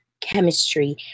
chemistry